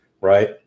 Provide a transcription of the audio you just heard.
Right